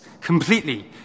completely